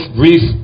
brief